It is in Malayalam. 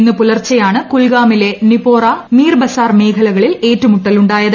ഇന്ന് പുലർച്ചെയാണ് കുൽഗാമിലെ നിപോര മീർബസാർ മേഖലകളിൽ ഏറ്റുമുട്ടലുണ്ടായത്